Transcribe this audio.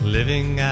Living